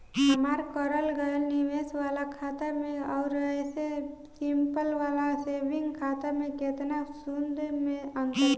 हमार करल गएल निवेश वाला खाता मे आउर ऐसे सिंपल वाला सेविंग खाता मे केतना सूद के अंतर बा?